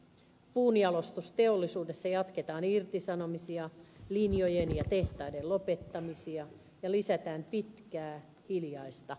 puunjalostusteollisuudessa jatketaan irtisanomisia linjojen ja tehtaiden lopettamisia ja lisätään pitkää hiljaista työttömien joukkoa